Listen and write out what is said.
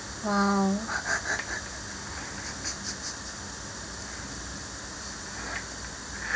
!wow!